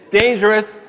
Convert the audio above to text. dangerous